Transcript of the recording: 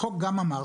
החוק גם אמר,